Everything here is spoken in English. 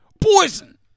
Poison